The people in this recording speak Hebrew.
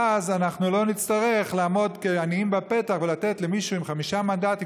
אז אנחנו לא נצטרך לעמוד כעניים בפתח ולתת למי שהם חמישה מנדטים